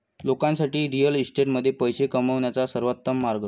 लोकांसाठी रिअल इस्टेटमध्ये पैसे कमवण्याचा सर्वोत्तम मार्ग